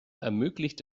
ermöglicht